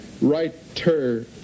Writer